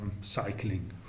cycling